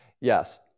Yes